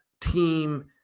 team